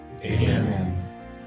Amen